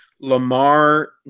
Lamar